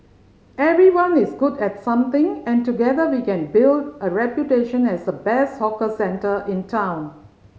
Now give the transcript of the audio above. everyone is good at something and together we can build a reputation as the best 'hawker centre' in town